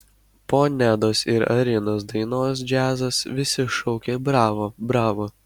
po nedos ir arinos dainos džiazas visi šaukė bravo bravo